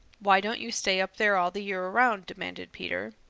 why don't you stay up there all the year around? demanded peter.